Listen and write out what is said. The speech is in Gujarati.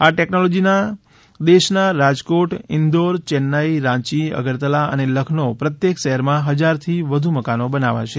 આ ટેકનોલોજીથી દેશના રાજકોટ ઇંદોર ચેન્નાઇ રાંચી અગરતલા અને લખનઉ પ્રત્યેક શહેરમાં હજારથી વધુ મકાનો બનાવાશે